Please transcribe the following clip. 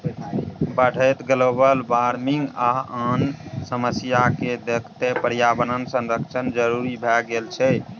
बढ़ैत global warming आ आन समस्या केँ देखैत पर्यावरण संरक्षण जरुरी भए गेल छै